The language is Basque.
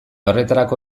horretarako